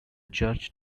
church